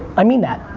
i mean that,